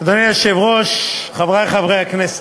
אדוני היושב-ראש, חברי חברי הכנסת,